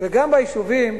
וגם ביישובים,